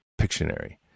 Pictionary